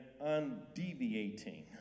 undeviating